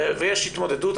ויש התמודדות,